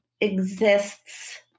exists